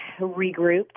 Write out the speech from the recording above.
regrouped